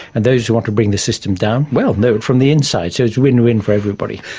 and those who want to bring the system down, well, know it from the inside. so it's win-win for everybody.